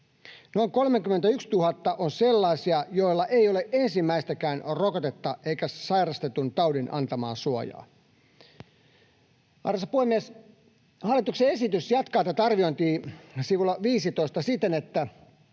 Noin 31 000 on sellaisia, joilla ei ole ensimmäistäkään rokotetta eikä sairastetun taudin antamaa suojaa. Arvoisa puhemies! Hallituksen esitys jatkaa tätä arviointia sivulla 15.